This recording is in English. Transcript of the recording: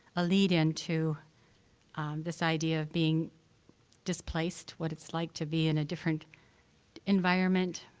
a lead-in to this idea of being displaced. what it's like to be in a different environment.